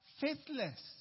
faithless